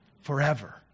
forever